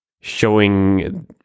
showing